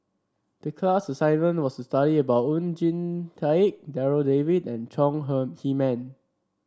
the class assignment was to study about Oon Jin Teik Darryl David and Chong Heman